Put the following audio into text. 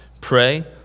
Pray